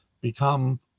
become